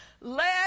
let